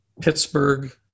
Pittsburgh